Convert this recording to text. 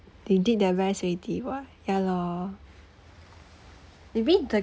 they did their best already [what] ya lor maybe the